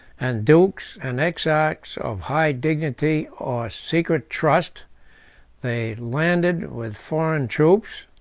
and dukes and exarchs of high dignity or secret trust they landed with foreign troops,